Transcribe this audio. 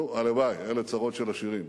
נו, הלוואי, אלה צרות של עשירים,